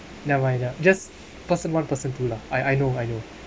never mind lah just person one person to lah I I know I know